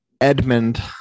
Edmund